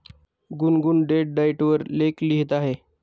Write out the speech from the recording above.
गुनगुन date diet वर लेख लिहित आहे